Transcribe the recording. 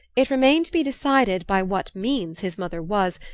it remained to be decided by what means his mother was,